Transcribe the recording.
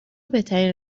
بهترین